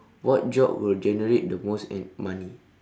what job would generate the most uh money